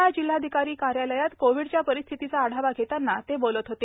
यवतमाळ जिल्हाधिकारी कार्यालयात कोव्हीडच्या परिस्थितीचा आढावा घेतांना ते बोलत होते